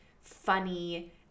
funny